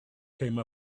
came